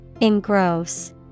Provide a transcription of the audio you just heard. Engross